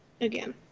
again